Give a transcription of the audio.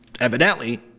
evidently